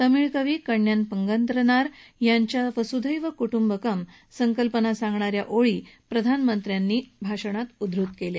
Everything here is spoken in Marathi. तमिळ कवी कण्यन पंगद्रनार यांच्या वसुधैव कुटुंबकम संकल्पना सांगणा या ओळी प्रधानमंत्र्यांनी भाषणात उद्धृत केल्या